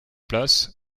place